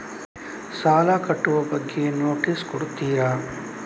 ಸಾಲ ಕಟ್ಟುವ ಬಗ್ಗೆ ನೋಟಿಸ್ ಕೊಡುತ್ತೀರ?